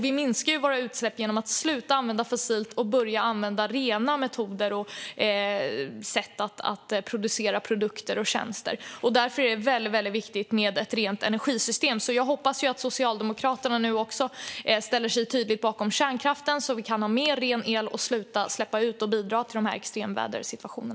Vi minskar våra utsläpp genom att sluta använda fossil energi och börja använda rena metoder och sätt att framställa produkter och tjänster. Därför är det väldigt viktigt med ett rent energisystem. Jag hoppas att Socialdemokraterna nu också ställer sig tydligt bakom kärnkraften, så att vi kan ha mer ren el och sluta släppa ut och bidra till extremväder.